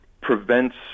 prevents